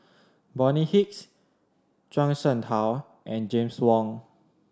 Bonny Hicks Zhuang Shengtao and James Wong